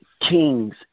kings